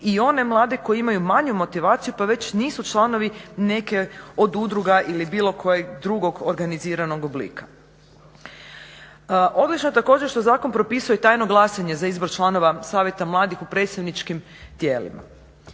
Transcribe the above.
i one mlade koji imaju manju motivaciju pa već nisu članovi neke od udruga ili bilo kojeg drugog organiziranog oblika. Odlično je također što zakon propisuje tajno glasanje za izbor članova savjeta mladih u predstavničkim tijelima.